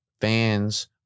fans